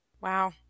Wow